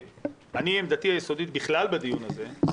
עמדתי היסודית בכלל בדיון הזה,